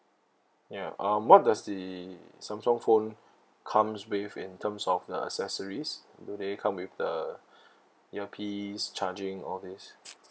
ya um what does the samsung phone comes with in terms of the accessories do they come with the earpiece charging all these